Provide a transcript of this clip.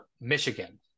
Michigan